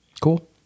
Cool